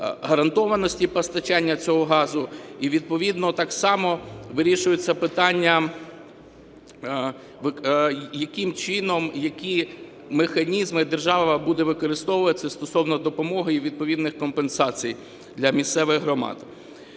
гарантованості постачання цього газу, і відповідно так само вирішується питання, яким чином, які механізми держава буде використовувати стосовно допомоги і відповідних компенсацій для місцевих громад.